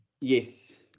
yes